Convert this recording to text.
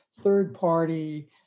third-party